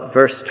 Verse